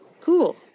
cool